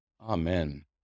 Amen